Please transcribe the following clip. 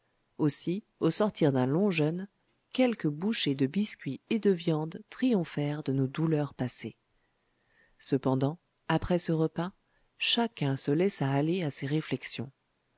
aussi au sortir d'un long jeûne quelques bouchées de biscuit et de viande triomphèrent de nos douleurs passées cependant après ce repas chacun se laissa aller à ses réflexions